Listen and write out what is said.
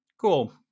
cool